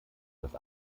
das